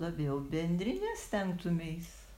labiau bendrine stengtumeis